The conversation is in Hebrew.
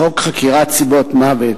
חוק חקירת סיבות מוות,